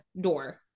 door